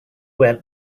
went